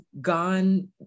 gone